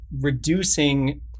reducing